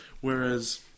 Whereas